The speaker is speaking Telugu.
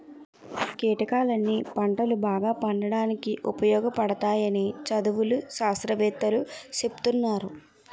కీటకాలన్నీ పంటలు బాగా పండడానికి ఉపయోగపడతాయని చదువులు, శాస్త్రవేత్తలూ సెప్తున్నారు